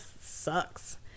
sucks